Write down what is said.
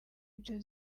byo